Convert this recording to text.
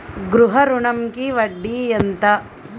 గృహ ఋణంకి వడ్డీ ఎంత?